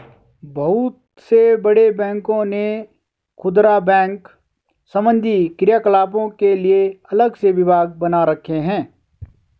बहुत से बड़े बैंकों ने खुदरा बैंक संबंधी क्रियाकलापों के लिए अलग से विभाग बना रखे हैं